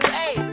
hey